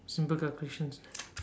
simple calculations